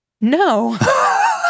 no